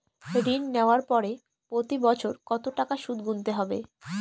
ঋণ নেওয়ার পরে প্রতি বছর কত টাকা সুদ গুনতে হবে?